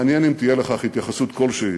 מעניין אם תהיה לכך התייחסות כלשהי